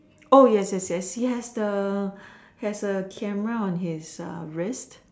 oh yes yes yes yes the has a camera on his the wrist